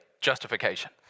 Justification